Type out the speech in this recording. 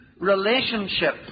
relationship